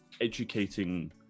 educating